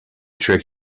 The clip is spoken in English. trick